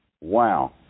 Wow